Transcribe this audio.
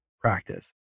practice